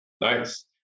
Nice